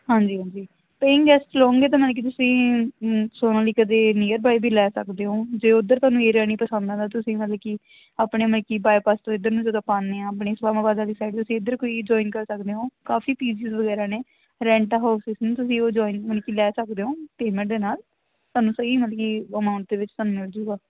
ਹਾਂਜੀ ਹਾਂਜੀ paying guest ਲਓਗੇ ਤਾਂ ਮਲ ਕਿ ਤੁਸੀਂ ਸੋਨਾਲੀਕਾ ਦੇ ਨੀਅਰਬਾਏ ਵੀ ਲੈ ਸਕਦੇ ਹੋ ਜੇ ਉੱਧਰ ਤੁਹਾਨੂੰ ਏਰੀਆ ਨਹੀਂ ਪਸੰਦ ਆਉਂਦਾ ਤੁਸੀਂ ਮਲ ਕਿ ਆਪਣੇ ਮਲ ਕਿ ਬਾਏਪਾਸ ਤੋਂ ਇੱਧਰ ਨੂੰ ਜਦੋਂ ਆਪਾਂ ਆਉਂਦੇ ਹਾਂ ਆਪਣੇ ਦੀ ਸਾਈਡ ਤੁਸੀੰ ਇੱਧਰ ਕੋਈ ਜੁਆਇੰਨ ਕਰ ਸਕਦੇ ਹੋ ਕਾਫੀ ਪੀਜਿਜ ਵਗੈਰਾ ਨੇ ਰੈਂਟ ਹਾਉਸਿਸ ਵੀ ਤੁਸੀਂ ਉਹ ਜੁਆਇੰਨ ਮਲ ਕਿ ਲੈ ਸਕਦੇ ਹੋ ਪੇਮੈਂਟ ਦੇ ਨਾਲ ਤੁਹਾਨੂੰ ਸਹੀ ਮਲ ਕਿ ਅਮਾਊਂਟ ਦੇ ਵਿੱਚ ਤੁਹਾਨੂੰ ਮਿਲ ਜੂਗਾ